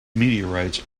meteorites